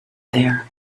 there